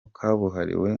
kabuhariwe